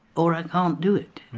or i can't do it.